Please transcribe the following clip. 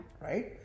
right